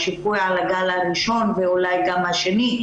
השיפוי על הגל הראשון ואולי גם השני,